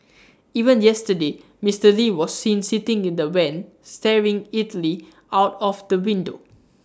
even yesterday Mister lee was seen sitting in the van staring idly out of the window